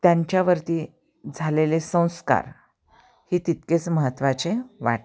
त्यांच्यावरती झालेले संस्कार ही तितकेच महत्त्वाचे वाटते